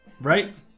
Right